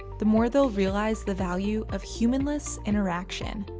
the more they'll realize the value of human-less interaction.